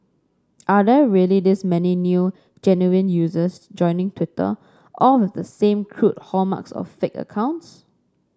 are there really this many new genuine users joining Twitter all with the same crude hallmarks of fake accounts